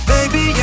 Baby